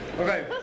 Okay